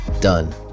Done